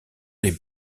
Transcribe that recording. les